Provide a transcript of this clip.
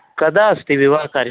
कदा अस्ति विवाहकार्यं